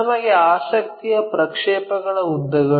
ನಮಗೆ ಆಸಕ್ತಿಯು ಪ್ರಕ್ಷೇಪಗಳ ಉದ್ದಗಳು